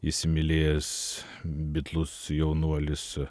įsimylėjęs bitlus jaunuolis